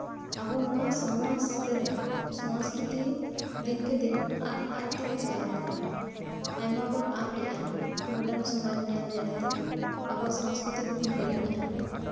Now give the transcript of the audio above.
ᱟᱵᱚ ᱱᱚᱶᱟ ᱥᱚᱢᱟᱡᱨᱮ ᱥᱚᱥᱠᱨᱤᱛᱤ ᱫᱤᱱᱠᱮ ᱫᱤᱱ ᱟᱫ ᱟᱫ ᱛᱮᱜᱮ ᱪᱟᱞᱟᱜ ᱠᱟᱱᱟ ᱟᱭᱢᱟ ᱵᱚᱱ ᱟᱫ ᱮᱫᱟ ᱢᱚᱨᱰᱟᱱ ᱥᱚᱢᱟᱡ ᱧᱮᱞ ᱧᱮᱞᱛᱮ ᱟᱵᱚᱣᱟᱜ ᱥᱚᱥᱠᱨᱤᱛᱤ ᱠᱚᱵᱚᱱ ᱦᱤᱲᱤᱧᱮᱫᱼᱟ